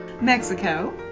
mexico